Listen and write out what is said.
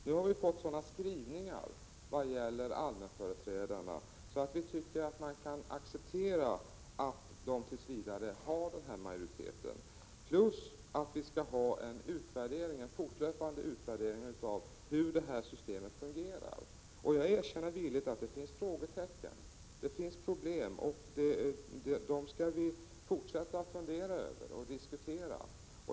Nu har vi fått sådana skrivningar vad gäller allmänföreträdarna att vi kan acceptera att de tills vidare har majoritet. Det skall dessutom företas en fortlöpande utvärdering av hur detta system fungerar. Jag erkänner villigt att det finns frågetecken och problem, och dem skall vi fortsätta att fundera över och diskutera.